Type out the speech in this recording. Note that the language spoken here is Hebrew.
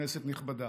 כנסת נכבדה,